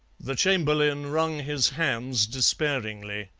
the chamberlain wrung his hands despairingly.